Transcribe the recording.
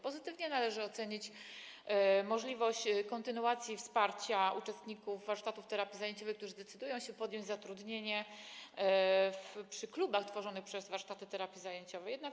Pozytywnie należy ocenić możliwość kontynuacji wsparcia uczestników warsztatów terapii zajęciowej, którzy decydują się podjąć zatrudnienie przy klubach tworzonych przez warsztaty terapii zajęciowej.